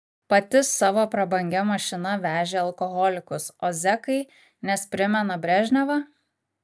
pati savo prabangia mašina vežė alkoholikus o zekai nes primena brežnevą